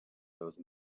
those